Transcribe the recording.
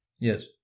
Yes